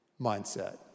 mindset